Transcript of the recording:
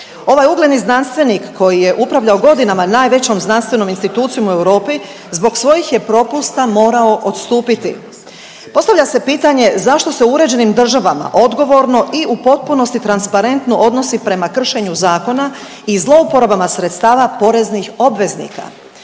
Ovaj ugledni znanstvenik koji je upravljao godinama najvećom znanstvenom institucijom u Europi zbog svojih je propusta morao odstupiti. Postavlja se pitanje zašto se u uređenim državama odgovorno i u potpunosti transparentno odnosi prema kršenju zakona i zlouporabama sredstava poreznih obveznika?